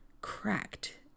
cracked